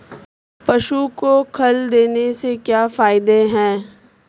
पशु को खल देने से क्या फायदे हैं?